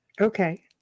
Okay